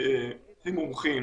מומחים